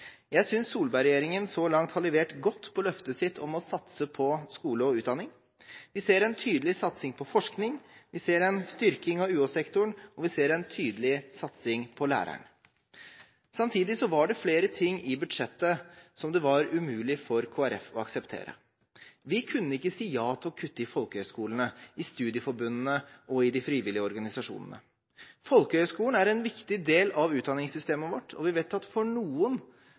Jeg synes Solberg-regjeringen så langt har levert godt på løftet sitt om å satse på skole og utdanning. Vi ser en tydelig satsing på forskning, vi ser en styrking av UH-sektoren, og vi ser en tydelig satsing på læreren. Samtidig var det flere ting i budsjettet som det var umulig for Kristelig Folkeparti å akseptere. Vi kunne ikke si ja til å kutte i folkehøgskolene, i studieforbundene og i de frivillige organisasjonene. Folkehøgskolen er en viktig del av utdanningssystemet vårt, og vi vet at for noen